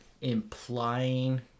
implying